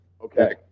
Okay